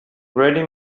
ready